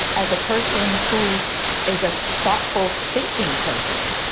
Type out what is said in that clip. as a person who is a thoughtful thinking person.